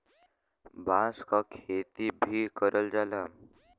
बांस क खेती भी करल जाला